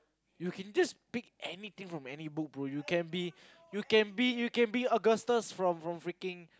you can just pick anything from any book bro you can be you can be you can be Augustus from from freaking